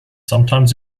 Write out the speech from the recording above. sometimes